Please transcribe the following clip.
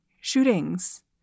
shootings